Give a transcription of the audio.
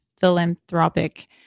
philanthropic